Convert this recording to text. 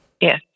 Yes